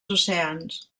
oceans